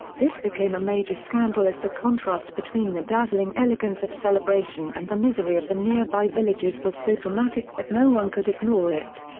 this became a major scandal as the contrast between the dazzling elegance of celebration and the misery of the nearby villages was so dramatic that no one could ignore it.